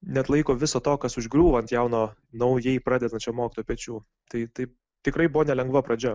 neatlaiko viso to kas užgriūva ant jauno naujai pradedančio mokytojo pečių tai taip tikrai buvo nelengva pradžia